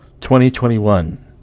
2021